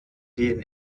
den